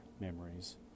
memories